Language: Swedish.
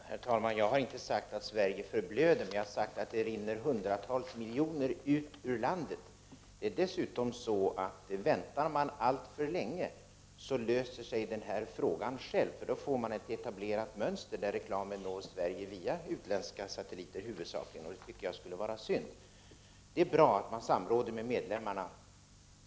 Herr talman! Jag har inte sagt att Sverige förblöder, men jag har sagt att det rinner hundratals miljoner ut ur landet. Det är dessutom så, att väntar man alltför länge löser sig den här frågan själv, för då får man ett etablerat mönster, som innebär att reklamen når Sverige huvudsakligen via utländska satelliter. Det tycker jag vore synd. Det är bra att man samråder med medlemmarna.